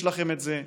יש לכם את זה קל,